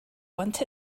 want